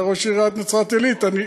אומר ראש עיריית נצרת-עילית: אני,